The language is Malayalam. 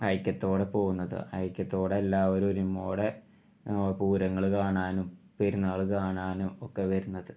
ഐക്യത്തോടെ പോകുന്നത് ഐക്യത്തോടെ എല്ലാവരും ഒരുമയോടെ പൂരങ്ങൾ കാണാനും പെരുന്നാൾ കാണാനും ഒക്കെ വരുന്നത്